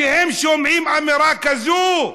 כשהם שומעים אמירה כזאת,